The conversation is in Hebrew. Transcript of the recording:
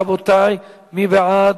רבותי, מי בעד,